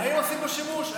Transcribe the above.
האם עושים בו שימוש?